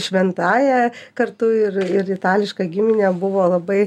šventąja kartu ir ir itališka gimine buvo labai